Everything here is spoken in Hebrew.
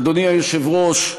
אדוני היושב-ראש,